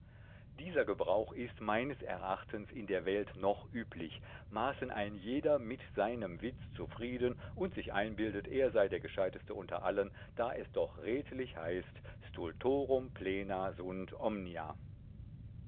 dieser gebrauch ist meines erachtens in der welt noch üblich maßen ein jeder mit seinem witz zufrieden und sich einbildet er sei der gescheideste unter allen da es doch redlich heißt stultorum plena sunt omnia